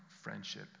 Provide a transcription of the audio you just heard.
friendship